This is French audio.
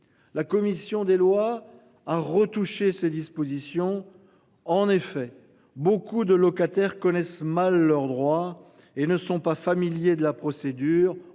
La commission des lois à retoucher ses dispositions en effet beaucoup de locataires connaissent mal leurs droits et ne sont pas familiers de la procédure.